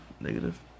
negative